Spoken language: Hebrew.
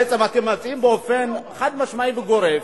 בעצם אתם מציעים באופן חד-משמעי וגורף,